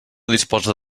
disposa